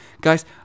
guys